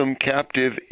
captive